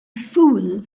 fool